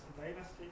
dynasty